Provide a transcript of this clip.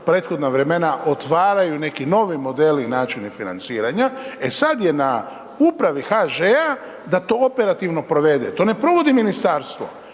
prethodna vremena otvaraju neki novi modeli i načini financiranja, e sad je na upravi HŽ-a da to operativno provede, to ne provodi ministarstvo,